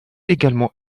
également